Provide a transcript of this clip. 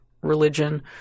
religion